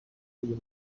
uyu